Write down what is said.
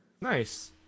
Nice